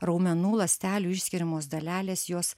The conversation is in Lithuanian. raumenų ląstelių išskiriamos dalelės jos